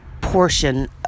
portion